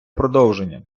продовження